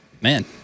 man